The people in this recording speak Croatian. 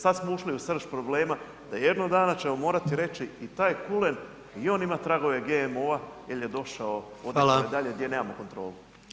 Sad smo ušli u srž problema da jednog dana ćemo morati reći i taj kulen i on ima tragove GMO jel je došao [[Upadica: Hvala]] odnekud dalje gdje nemamo kontrolu.